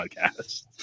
podcast